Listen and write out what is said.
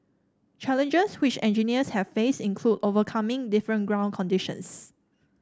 challenges which engineers have faced include overcoming different ground conditions